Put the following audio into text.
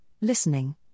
listening